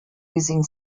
using